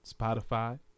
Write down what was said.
Spotify